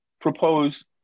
propose